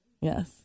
yes